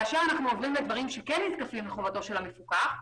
כאשר עוברים לדברים שכן נזקפים לחובתו של המפוקח,